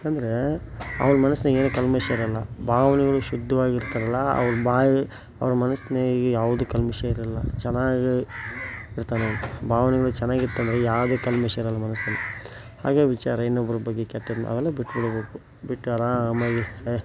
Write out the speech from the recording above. ಯಾಕಂದ್ರೆ ಅವ್ರ ಮನಸ್ಸಿನಾಗೇನು ಕಲ್ಮಷ ಇರೋಲ್ಲ ಭಾವ್ನೆಗಳು ಶುದ್ದವಾಗಿರ್ತಾರಲ್ಲ ಅವ್ರ ಬಾಯಿ ಅವ್ರ ಮನಸ್ಸಿನಾಗೆ ಯಾವುದೂ ಕಲ್ಮಷ ಇರೋಲ್ಲ ಚೆನ್ನಾಗೇ ಇರ್ತಾನವ್ನು ಭಾವ್ನೆಗಳು ಚೆನ್ನಾಗಿತ್ತಂದ್ರೆ ಯಾವುದೇ ಕಲ್ಮಷ ಇರೋಲ್ಲ ಮನಸಿನಲ್ಲಿ ಅದೇ ವಿಚಾರ ಇನ್ನೊಬ್ಬರ ಬಗ್ಗೆ ಕೆಟ್ಟದ್ದು ಅವೆಲ್ಲ ಬಿಟ್ಬಿಡಬೇಕು ಬಿಟ್ಟು ಆರಾಮಾಗಿ ಹೆ